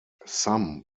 some